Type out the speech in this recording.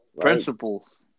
Principles